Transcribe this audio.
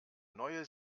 neue